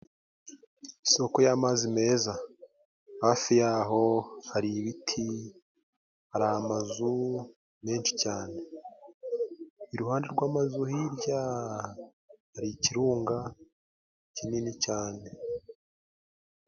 Isoko y'amazi meza, hafi y'aho hari ibiti, hari amazu menshi cyane. Iruhande rw'amazu hirya hari ikirunga kinini cyane.